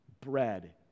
bread